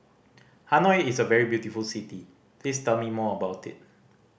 Hanoi is a very beautiful city please tell me more about it